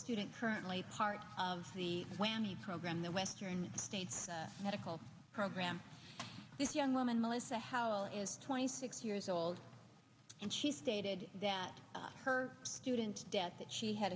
student currently part of the whammy program the western state medical program this young woman melissa how is twenty six years old and she stated that her student debt that she had